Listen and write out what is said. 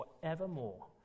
forevermore